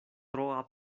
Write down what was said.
troa